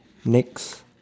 next